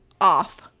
off